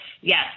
yes